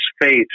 faith